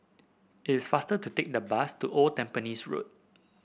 it is faster to take the bus to Old Tampines Road